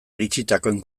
iritsitakoen